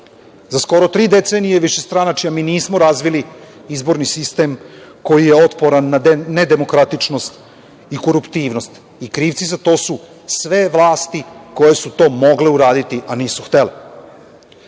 skoro tri decenije višestranačja mi nismo razvili izborni sistem koji je otporan na nedemokratičnost i koruptivnost i krivci za to su sve vlasti koje su to mogle uraditi, a nisu htele.Be